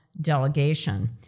delegation